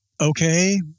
okay